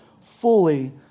fully